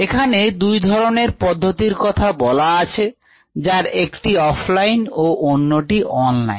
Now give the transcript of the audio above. এখানে দুই ধরনের পদ্ধতির কথা বলা আছে যার একটি অফলাইন ও অন্যটি অনলাইন